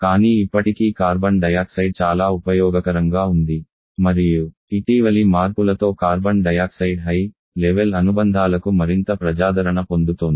కానీ ఇప్పటికీ carbon dioxide చాలా ఉపయోగకరంగా ఉంది మరియు ఇటీవలి మార్పులతో కార్బన్ డయాక్సైడ్ హై లెవెల్ అనుబంధాలకు మరింత ప్రజాదరణ పొందుతోంది